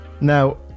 Now